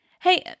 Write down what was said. Hey